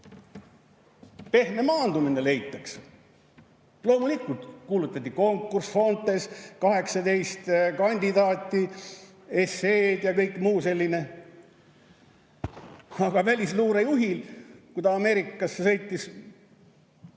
Pehme maandumine leitakse. Loomulikult kuulutati konkurss: Fontes, 18 kandidaati, esseed ja kõik muu selline. Aga välisluure juhile, kui ta Ameerikasse